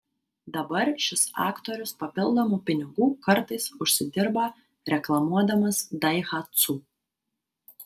dabar šis aktorius papildomų pinigų kartais užsidirba reklamuodamas daihatsu